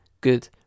good